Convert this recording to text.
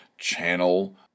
Channel